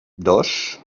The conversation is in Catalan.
dos